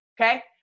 okay